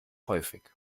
häufig